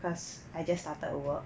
cause I just started work